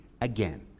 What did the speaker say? again